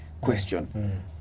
question